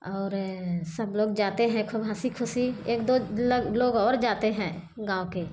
और सब लोग जाते हैं खूब हँसी खुसी एक दो लग लोग और जाते हैं गाँव के